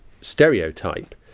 stereotype